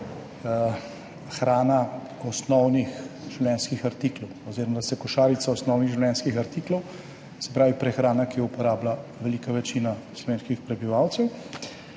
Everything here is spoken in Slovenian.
hrana osnovnih življenjskih artiklov oziroma da se košarica osnovnih življenjskih artiklov, se pravi prehrana, ki jo uporablja velika večina slovenskih prebivalcev,